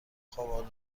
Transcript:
خواب